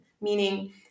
Meaning